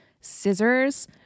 scissors